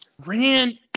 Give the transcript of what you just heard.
ran